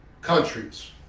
countries